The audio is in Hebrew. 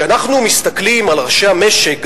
כשאנחנו מסתכלים על ראשי המשק,